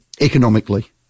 economically